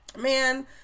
man